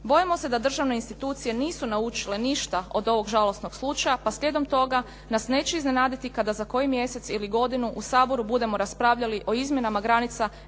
Bojimo se da državne institucije nisu naučile ništa od ovog žalosnog slučaja, pa slijedom toga nas neće iznenaditi kada za koji mjesec ili godinu u Saboru budemo raspravljali o izmjenama granica